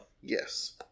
Yes